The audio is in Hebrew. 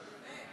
באמת.